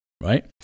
right